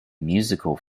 musical